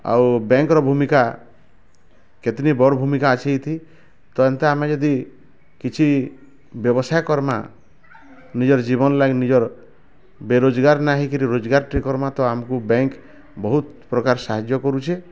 ଆଉ ବ୍ୟାଙ୍କର ଭୂମିକା କେତିନି ବଡ ଭୂମିକା ଅଛି ଏଠି ପରନ୍ତୁ ଆମେ ଯଦି କିଛି ବ୍ୟବସାୟ କରମାଁ ନିଜର ଜୀବନ ଲାଗି ନିଜର ବେରୋଜଗାର ନାହିଁକିରି ରୋଜଗାରଟେ କରମାଁ ତ ଆମକୁ ବ୍ୟାଙ୍କ ବହୁତ ପ୍ରକାର ସାହାଯ୍ୟ କରୁଛି